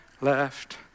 left